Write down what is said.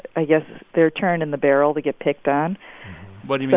i guess, their turn in the barrel to get picked on what do you